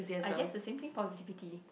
I guess the same thing positivity